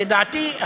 לדעתי,